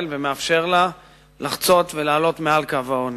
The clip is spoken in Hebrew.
ומאפשר לה לחצות ולעלות מעל קו העוני.